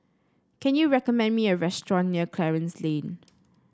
can you recommend me a restaurant near Clarence Lane